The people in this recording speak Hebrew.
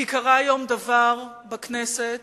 כי היום קרה בכנסת